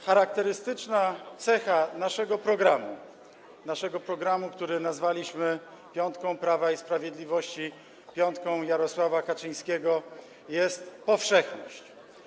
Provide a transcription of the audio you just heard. Charakterystyczna cecha naszego programu, który nazwaliśmy piątką Prawa i Sprawiedliwości, piątką Jarosława Kaczyńskiego, jest powszechność.